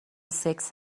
سکس